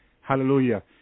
hallelujah